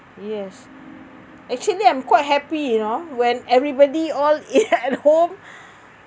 yes actually I'm quite happy you know when everybody all at home